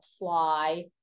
apply